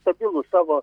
stabilų savo